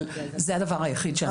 זה הדבר היחיד.